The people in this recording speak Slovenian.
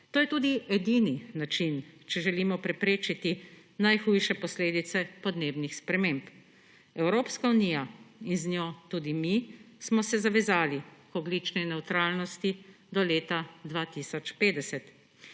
To je tudi edini način, če želimo preprečiti najhujše posledice podnebnih sprememb. Evropska unija in z njo tudi mi smo se zavezali k ogljični nevtralnosti do leta 2050.